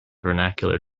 vernacular